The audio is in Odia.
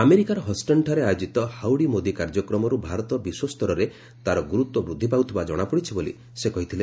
ଆମେରିକାର ହଷ୍ଟନ୍ଠାରେ ଆୟୋଜିତ ହାଉଡ଼ି ମୋଦୀ କାର୍ଯ୍ୟକ୍ରମରୁ ଭାରତ ବିଶ୍ୱସ୍ତରରେ ତାର ଗୁରୁତ୍ୱ ବୃଦ୍ଧି ପାଉଥିବା ଜଣାପଡ଼ିଛି ବୋଲି ସେ କହିଥିଲେ